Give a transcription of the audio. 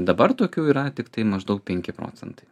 dabar tokių yra tiktai maždaug penki procentai